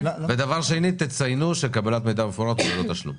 שנית, תציינו שקבלת מידע מפורט היא ללא תשלום.